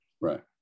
Right